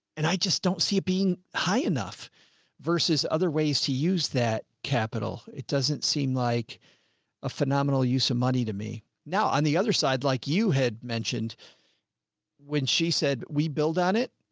and i just don't see it being high enough versus other ways to use that capital. it doesn't seem like a phenomenal use of money to me. now, on the other side, like you had mentioned when she said we build on it.